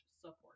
support